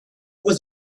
was